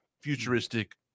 futuristic